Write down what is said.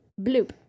Bloop